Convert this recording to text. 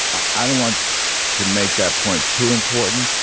i don't want to make that point too important.